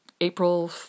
April